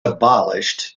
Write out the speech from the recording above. abolished